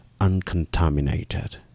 uncontaminated